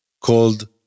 called